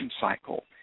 cycle